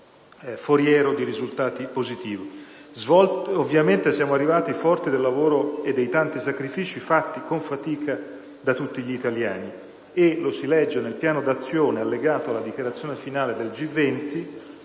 foriero di risultati positivi.